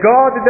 God